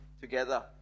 together